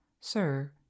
sir